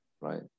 right